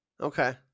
Okay